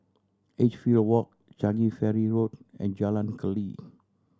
Edgefield Walk Changi Ferry Road and Jalan Keli